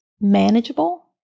manageable